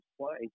play